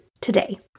today